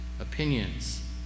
opinions